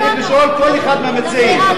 צריך לשאול כל אחד מהמציעים.